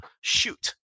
Shoot